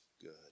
good